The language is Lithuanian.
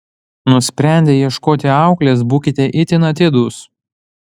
nusprendę ieškoti auklės būkite itin atidūs